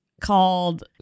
called